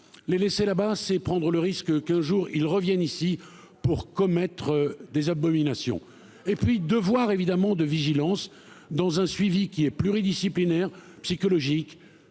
les laisser là-bas, c'est prendre le risque qu'un jour ils reviennent ici pour commettre des abominations et puis de voir évidemment de vigilance dans un suivi qui est pluridisciplinaire psychologiques,